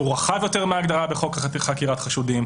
האם הוא רחב יותר מההגדרה בחוק חקירת חשודים.